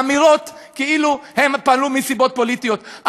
אמירות כאילו הם פעלו מסיבות פוליטיות.